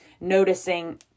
noticing